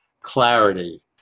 Clarity